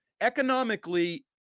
economically